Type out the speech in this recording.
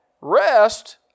rest